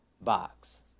box